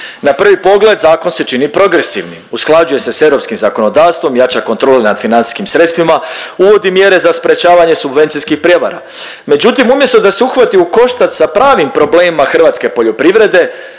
Na prvi pogled zakon se čini progresivnim, usklađuje se sa europskim zakonodavstvom, jača kontrola nad financijskim sredstvima, uvodi mjere za sprječavanje subvencijskih prijevara. Međutim, umjesto da se uhvati u koštac sa pravim problemima hrvatske poljoprivrede